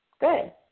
good